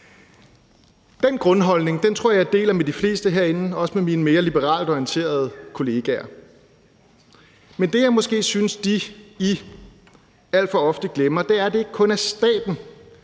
Den grundholdning tror jeg jeg deler med de fleste herinde, også med mine mere liberalt orienterede kollegaer. Men det, jeg måske synes, at de – I – alt for ofte glemmer, er, at det ikke kun er staten